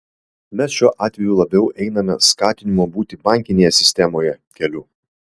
mes šiuo atveju labiau einame skatinimo būti bankinėje sistemoje keliu